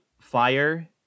Fire